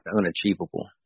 unachievable